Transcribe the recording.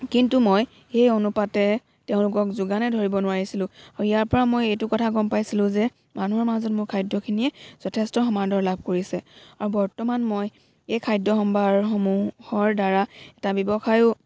কিন্তু মই সেই অনুপাতে তেওঁলোকক যোগানহে ধৰিব নোৱাৰিছিলোঁ আৰু ইয়াৰ পৰা মই এইটো কথা গ'ম পাইছিলোঁ যে মানুহৰ মাজত মোৰ খাদ্যখিনিয়ে যথেষ্ট সমাদৰ লাভ কৰিছে আৰু বৰ্তমান মই এই খাদ্য সম্ভাৰসমূহৰ দ্বাৰা এটা ব্যৱসায়ো